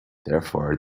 therefore